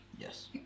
Yes